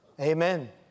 Amen